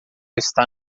está